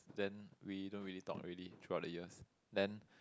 then we don't really talk already throughout the years then